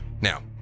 now